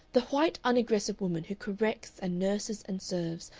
the white unaggressive woman who corrects and nurses and serves,